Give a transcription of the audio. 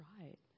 right